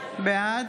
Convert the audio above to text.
בעד